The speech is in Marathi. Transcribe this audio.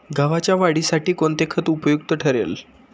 गव्हाच्या वाढीसाठी कोणते खत उपयुक्त ठरेल?